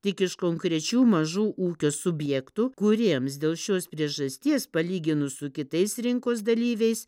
tik iš konkrečių mažų ūkio subjektų kuriems dėl šios priežasties palyginus su kitais rinkos dalyviais